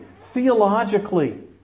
theologically